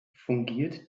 fungiert